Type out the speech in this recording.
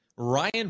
Ryan